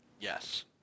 yes